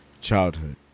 childhood